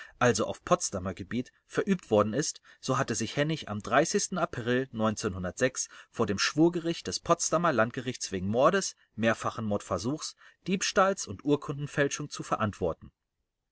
also auf potsdamer gebiet verübt worden ist so hatte sich hennig am april vor dem schwurgericht des potsdamer landgerichts wegen mordes mehrfachen mordversuchs diebstahls und urkundenfälschung zu verantworten